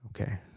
Okay